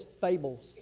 fables